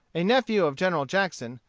a nephew of general jackson,